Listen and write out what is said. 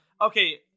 Okay